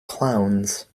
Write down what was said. clowns